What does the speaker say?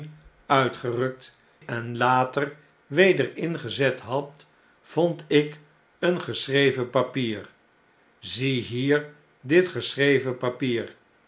uitgerukt en later weder ingezet had vond ik een geschreven papier ziehier dit geschreven papier